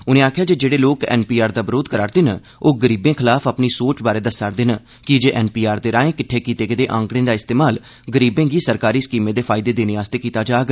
उनें आक्खेआ जे जेड़े लोक एनपीआर दा विरोध करा'रदे न ओह गरीबें खिलाफ अपनी सोच बारै दस्सा रदे न कीजे एनपीआर राए किट्ठे कीते गेदे आंकड़ें दा इस्तेमाल गरीबें गी सरकारी स्कीमें दे फायदे देने आस्तै कीता जाग